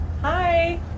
Hi